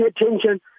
attention